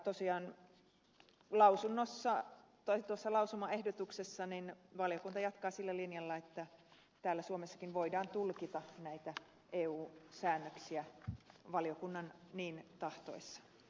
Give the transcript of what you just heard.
tosiaan tuossa lausumaehdotuksessa valiokunta jatkaa sillä linjalla että täällä suomessakin voidaan tulkita näitä eu säännöksiä valiokunnan niin tahtoessa